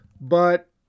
but-